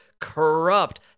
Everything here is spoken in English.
corrupt